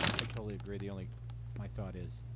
i totally agree. the only my thought is,